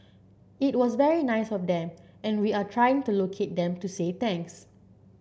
it was very nice of them and we are trying to locate them to say thanks